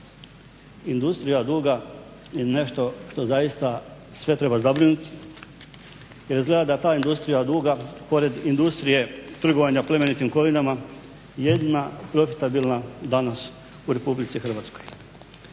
Industrija duga je nešto što zaista sve treba zabrinuti jer izgleda da ta industrija duga pored industrije trgovanja plemenitim kovinama je jedina profitabilna danas u Republici Hrvatskoj.